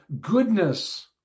goodness